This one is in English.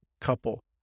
couple